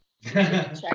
Check